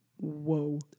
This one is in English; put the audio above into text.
whoa